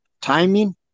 timing